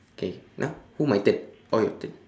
okay now who my turn oh your turn